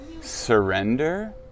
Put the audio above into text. surrender